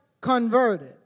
converted